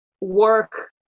work